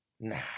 nah